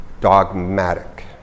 dogmatic